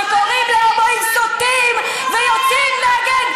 שקוראים להומואים סוטים ויוצאים נגד,